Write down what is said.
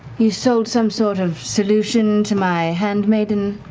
you sold some sort of solution to my handmaiden.